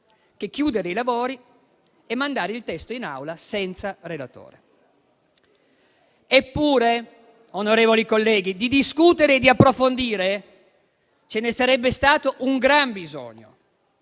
Eppure, onorevoli colleghi, di discutere e di approfondire ce ne sarebbe stato un gran bisogno,